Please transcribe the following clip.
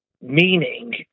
meaning